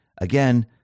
Again